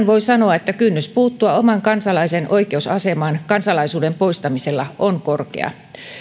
voi sanoa että kynnys puuttua oman kansalaisen oikeusasemaan kansalaisuuden poistamisella on korkea